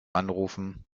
anrufen